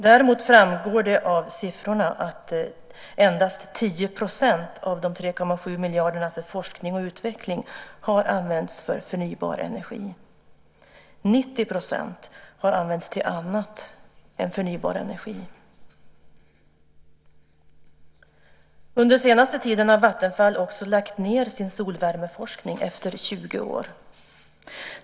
Däremot framgår det av siffrorna att endast 10 % av de 3,7 miljarderna för forskning och utveckling har använts för förnybar energi. 90 % har använts till annat än förnybar energi. Under den senaste tiden har Vattenfall också lagt ned sin solvärmeforskning efter 20 år.